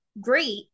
great